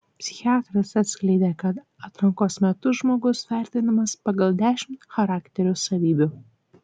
psichiatras atskleidė kad atrankos metu žmogus vertinamas pagal dešimt charakterio savybių